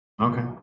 Okay